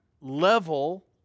level